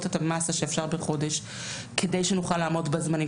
את המסה שאפשר בחודש כדי שנוכל לעמוד בזמנים,